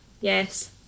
yes